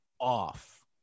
off